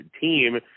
team